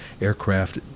aircraft